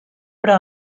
però